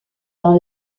dans